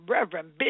Reverend